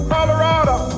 Colorado